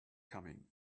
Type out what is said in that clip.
coming